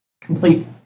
complete